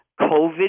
COVID